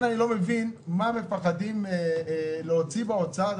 אני לא מבין למה מפחדים באוצר להוציא